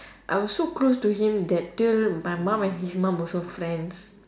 I was so close to him that till my mum and his mum also friends